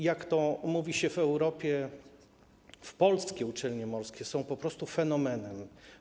Jak to się mówi w Europie, polskie uczelnie morskie są po prostu fenomenem.